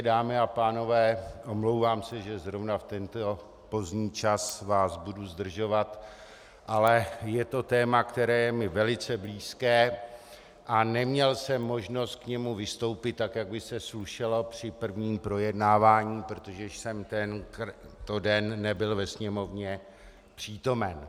Dámy a pánové, omlouvám se, že zrovna v tento pozdní čas vás budu zdržovat, ale je to téma, které je mi velice blízké, a neměl jsem možnost k němu vystoupit, tak jak by se slušelo při prvním projednávání, protože jsem tento den nebyl ve Sněmovně přítomen.